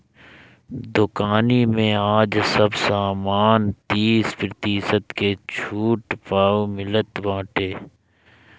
दुकानी में आज सब सामान तीस प्रतिशत के छुट पअ मिलत बाटे